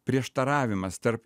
prieštaravimas tarp